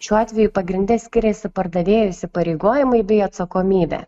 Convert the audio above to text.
šiuo atveju pagrinde skiriasi pardavėjo įsipareigojimai bei atsakomybė